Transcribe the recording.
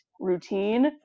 routine